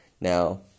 Now